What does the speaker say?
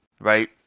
Right